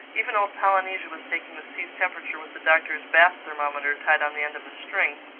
even old polynesia was taking the sea's temperature with the doctor's bath-ther-mometer tied on the end of a string,